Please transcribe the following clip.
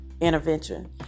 intervention